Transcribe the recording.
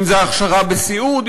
אם זה הכשרה בסיעוד,